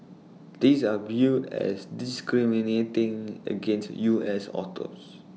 these are viewed as discriminating against U S autos